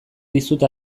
dizut